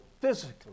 physically